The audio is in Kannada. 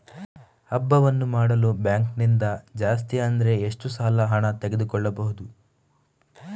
ಹಬ್ಬವನ್ನು ಮಾಡಲು ಬ್ಯಾಂಕ್ ನಿಂದ ಜಾಸ್ತಿ ಅಂದ್ರೆ ಎಷ್ಟು ಸಾಲ ಹಣ ತೆಗೆದುಕೊಳ್ಳಬಹುದು?